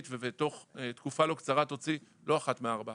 ותוך תקופה לא קצרה תוציא לא אחת מארבע,